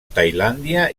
tailàndia